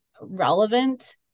relevant